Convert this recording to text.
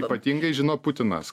ypatingai žino putinas